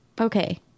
Okay